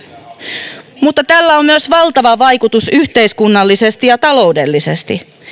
ero ihmiselämässä mutta tällä on myös valtava vaikutus yhteiskunnallisesti ja taloudellisesti